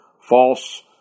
false